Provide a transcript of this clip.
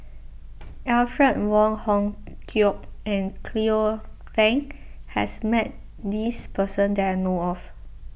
Alfred Wong Hong Kwok and Cleo Thang has met this person that I know of